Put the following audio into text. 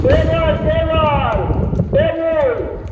table table table